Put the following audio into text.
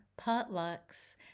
potlucks